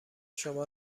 شما